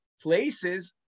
places